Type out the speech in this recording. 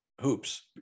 hoops